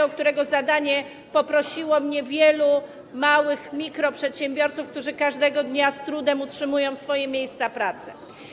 O jego zadanie poprosiło mnie wielu mikro-, małych przedsiębiorców, którzy każdego dnia z trudem utrzymują swoje miejsca pracy.